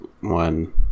one